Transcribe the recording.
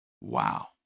Wow